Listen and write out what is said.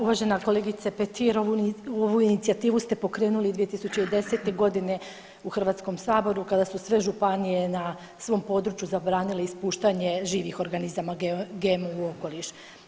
Uvažena kolegice Petir ovu inicijativu ste pokrenuli 2010. godine u Hrvatskom saboru kada su sve županije na svom području zabranile ispuštanje živih organizama GMO u okoliš.